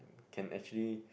can actually